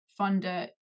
funder